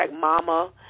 Mama